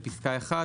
בפסקה (1),